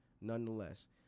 nonetheless